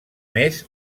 més